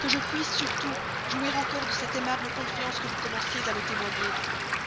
que je puisse surtout jouir encore de cette aimable confiance que vous commenciez à me témoigner